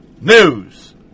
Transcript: news